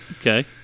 Okay